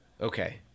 Okay